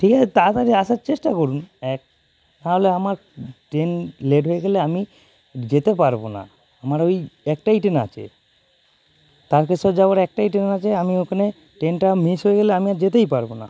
ঠিক আছে তাড়াতাড়ি আসার চেষ্টা করুন এক তাহলে আমার ট্রেন লেট হয়ে গেলে আমি যেতে পারব না আমার ওই একটাই ট্রেন আছে তারকেশ্বর যাওয়ার একটাই ট্রেন আছে আমি ওখানে ট্রেনটা মিস হয়ে গেলে আমি আর যেতেই পারব না